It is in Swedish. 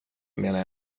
menar